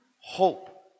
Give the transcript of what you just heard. Hope